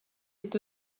est